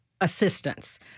assistance